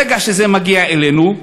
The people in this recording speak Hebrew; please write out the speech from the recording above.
ברגע שזה מגיע אלינו,